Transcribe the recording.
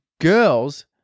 girls